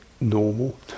normal